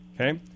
Okay